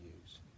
use